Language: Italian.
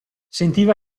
sentiva